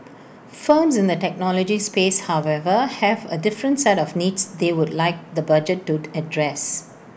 firms in the technology space however have A different set of needs they would like the budget to address